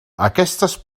aquestes